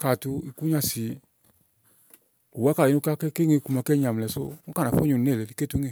Kàyi à tu ikùnyà si ùwà kà ɖèe nyréwu ké ŋe iku màa nyamlɛ sù ùni kà nà fò nyo énù néle ni kéŋè.